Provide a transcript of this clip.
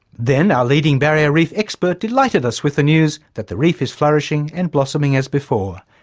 then our leading barrier reef expert delighted us with the news that the reef is flourishing and blossoming as before,